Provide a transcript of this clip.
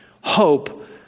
hope